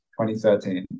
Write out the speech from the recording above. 2013